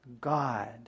God